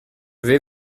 vais